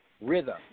rhythm